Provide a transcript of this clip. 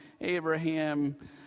Abraham